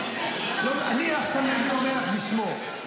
--- אני עכשיו אומר לך בשמו,